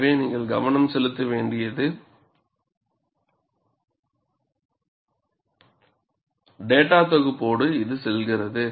எனவே நீங்கள் கவனம் செலுத்திய டேட்டாத் தொகுப்போடு இது செல்கிறது